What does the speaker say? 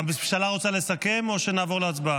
הממשלה רוצה לסכם או שנעבור להצבעה?